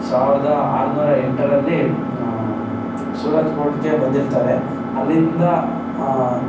ಸಾವಿರದ ಆರುನೂರ ಎಂಟರಲ್ಲಿ ಸೂರತ್ ಪೋರ್ಟ್ಗೆ ಬಂದಿರ್ತಾರೆ ಅಲ್ಲಿಂದ